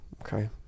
Okay